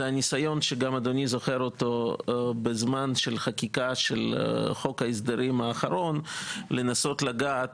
וזה הניסיון בזמן החקיקה של חוק ההסדרים האחרון לנסות לגעת